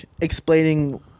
explaining